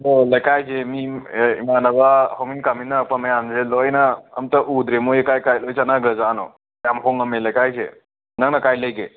ꯑꯣ ꯂꯩꯀꯥꯏꯁꯦ ꯃꯤ ꯏꯃꯥꯟꯅꯕ ꯍꯧꯃꯤꯟꯀꯥꯃꯤꯟꯅꯔꯛꯄ ꯃꯌꯥꯝꯁꯦ ꯂꯣꯏꯅ ꯑꯝꯇ ꯎꯗ꯭ꯔꯦ ꯃꯣꯏ ꯀꯥꯏ ꯀꯥꯏ ꯂꯣꯏꯅ ꯆꯠꯅꯈ꯭ꯔꯖꯥꯠꯅꯣ ꯌꯥꯝ ꯍꯣꯡꯉꯝꯃꯦ ꯂꯩꯀꯥꯏꯁꯦ ꯅꯪꯅ ꯀꯥꯏ ꯂꯩꯒꯦ